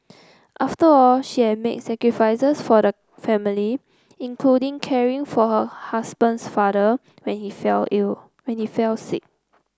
after all she had made sacrifices for the family including caring for her husband's father when he fell ill when he fell sick